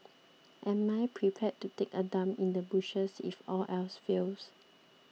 am I prepared to take a dump in the bushes if all else fails